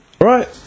Right